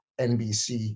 NBC